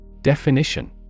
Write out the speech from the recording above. Definition